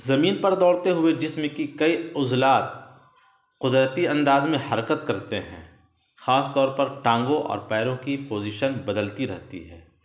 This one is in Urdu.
زمین پر دوڑتے ہوئے جس میں کی کئی عضلات قدرتی انداز میں حرکت کرتے ہیں خاص طور پر ٹانگوں اور پیروں کی پوزیشن بدلتی رہتی ہے